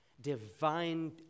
divine